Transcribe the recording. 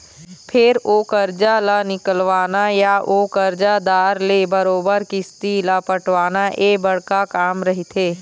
फेर ओ करजा ल निकलवाना या ओ करजादार ले बरोबर किस्ती ल पटवाना ये बड़का काम रहिथे